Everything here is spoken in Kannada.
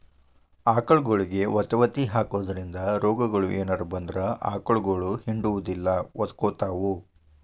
ಆಕಳಗೊಳಿಗೆ ವತವತಿ ಹಾಕೋದ್ರಿಂದ ರೋಗಗಳು ಏನರ ಬಂದ್ರ ಆಕಳಗೊಳ ಹಿಂಡುದಿಲ್ಲ ಒದಕೊತಾವ